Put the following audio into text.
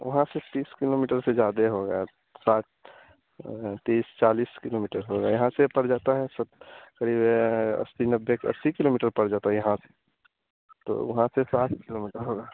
वहाँ से तीस किलोमीटर से ज़्यादा होगा साठ तीस चालीस किलोमीटर होगा यहाँ से पड़ जाता है करीब अस्सी नब्बे अस्सी किलोमीटर पड़ जाता है यहाँ से तो वहाँ से साठ किलोमीटर होगा